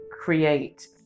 create